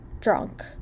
drunk